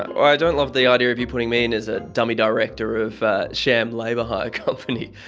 i don't love the idea of you putting me in as a dummy director of sham labour hire company.